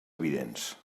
evidents